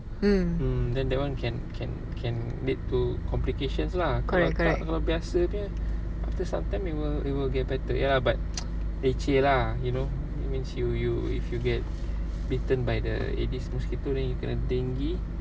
mm correct correct